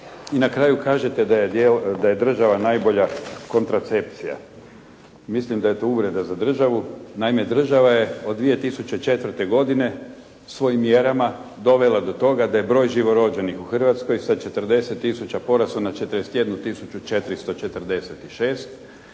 I na kraju kažete da je država najbolja kontracepcija. Mislim da je to uvreda za državu. Naime, država je od 2004. godine svojim mjerama dovela do toga da je broj živorođenih u Hrvatskoj sa 40 tisuća porastao na 41